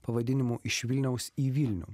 pavadinimu iš vilniaus į vilnių